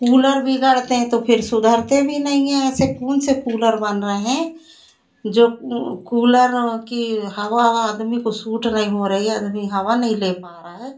cooler बिगड़ते हैं तो सुधरते भी नहीं हैं ऐसे कौन से कूलर बन गए हैं जो कूलर की हवा आदमी को सूट नहीं हो रही है आदमी हवा नहीं ले पा रहा है